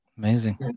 Amazing